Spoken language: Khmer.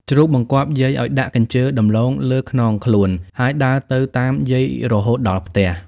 ជ្រូក បង្គាប់យាយឱ្យដាក់កញ្ជើរដំឡូងលើខ្នងខ្លួន ហើយដើរទៅតាមយាយរហូតដល់ផ្ទះ។